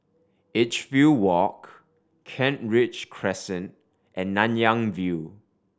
Edgefield Walk Kent Ridge Crescent and Nanyang View